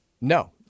No